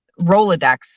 Rolodex